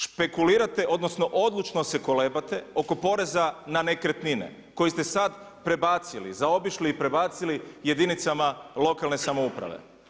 Špekulirate odnosno odlučno se kolebate oko poreza na nekretnine, koju ste sada prebacili, zaobišli i prebacili jedinicama lokalne samouprave.